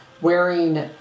wearing